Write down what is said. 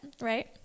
right